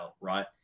right